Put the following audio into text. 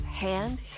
hand